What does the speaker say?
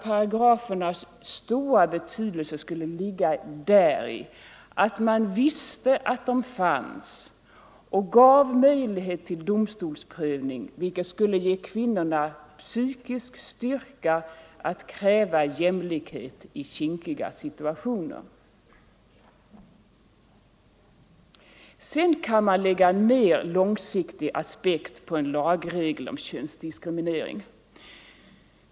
Paragrafernas stora betydelse skulle ligga däri att man visste att de fanns och gav möjlighet till domstolsprövning, vilket skulle ge kvinnorna psykisk styrka att kräva jämlikhet i kinkiga situationer. Sedan kan man lägga en mer långsiktig aspekt på en lagregel om könsdiskriminering.